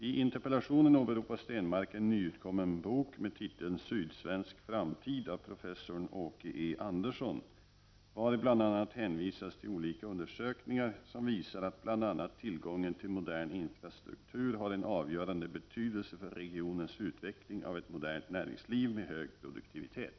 I interpellationen åberopar Stenmarck en nyutkommen bok med titeln Sydsvensk framtid av professor Åke E. Andersson vari bl.a. hänvisas till olika undersökningar, som visar att bl.a. tillgången till modern infrastruktur har en avgörande betydelse för regionens utveckling av ett modernt näringsliv med hög produktivitet.